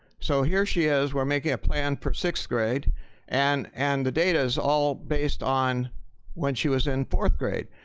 so here she is, we're making a plan for sixth grade and and the data is all based on when she was in fourth grade.